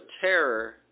terror